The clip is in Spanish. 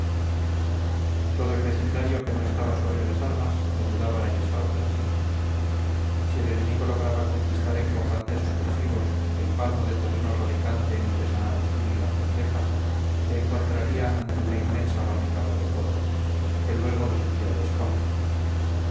todo el vecindario que no estaba sobre las armas ayudaba en esta operación si el enemigo lograba conquistar en combates sucesivos el palmo de terreno radicante entre san agustín y la cendeja se encontraría ante una inmensa barricada de fuego que luego lo sería de escombros